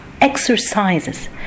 exercises